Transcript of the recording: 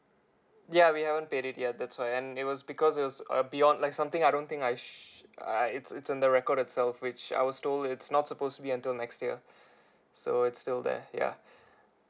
ya we haven't paid it yet that's why and it was because it was err beyond like something I don't think I sh~ I I it's it's in the record itself which I was told it's not suppose to be until next year so it's still there yeah